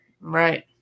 Right